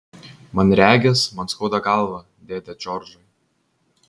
man regis man skauda galvą dėde džordžai